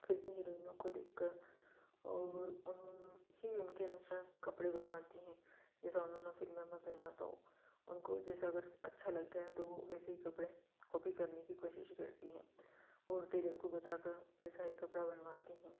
फ़िल्मी हिरोइनों को देखकर और उन ही उनके आनुसार कपड़े बनवाती हैं जैसा उन्होंने फ़िल्म में पहना था उनको जैसे अगर अच्छा लग गया तो वह वैसे ही कपड़े को भी गर्मी की कोशिश करती हैं और टेलर को बताकर वैसा ही कपड़ा बनवाती हैं